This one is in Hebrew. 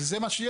זה מה שיש?